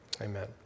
Amen